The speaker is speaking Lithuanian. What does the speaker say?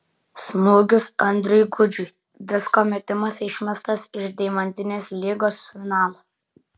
smūgis andriui gudžiui disko metimas išmestas iš deimantinės lygos finalo